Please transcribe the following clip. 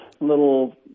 little